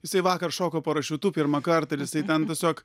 jisai vakar šoko parašiutu pirmą kartą ir jisai ten tiesiog